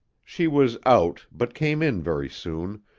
she was out, but came in very soon,